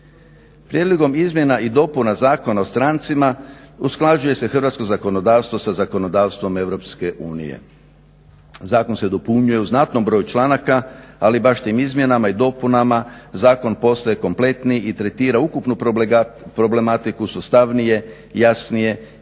Prijedlogom izmjena i dopuna Zakona o strancima usklađuje se hrvatsko zakonodavstvo sa zakonodavstvom EU. Zakon se dopunjuje u znatnom broju članaka, ali baš tim izmjenama i dopunama zakon postaje kompletniji i tretira ukupnu problematiku, sustavnije, jasnije i u